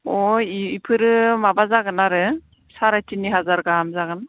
अह बिफोरो माबा जागोन आरो साराय थिनि हाजार गाहाम जागोन